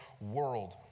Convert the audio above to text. world